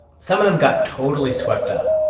some of them got totally swept up.